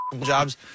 jobs